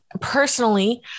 personally